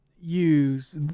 use